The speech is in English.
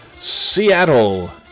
Seattle